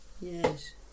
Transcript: Yes